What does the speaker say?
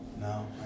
No